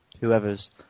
whoever's